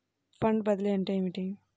Fund బదిలీ అంటే ఏమిటి?